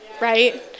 right